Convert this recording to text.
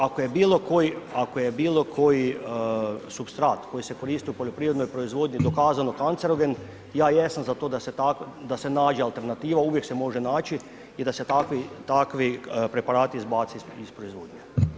Ako je bilo koji supstrat koji se koristi u poljoprivrednoj proizvodnji dokazano kancerogen, ja jesam za to da se nađe alternativa, uvijek se može naći i da se takvi preparati izbace iz proizvodnje.